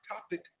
topic